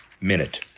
Minute